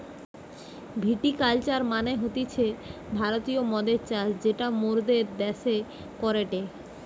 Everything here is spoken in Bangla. ভিটি কালচার মানে হতিছে ভারতীয় মদের চাষ যেটা মোরদের দ্যাশে করেটে